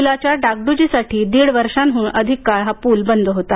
पुलाच्या डागड्जीसाठी दीड वर्षाहन अधिक काळ हा प्रल बंद होता